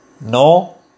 No